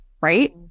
right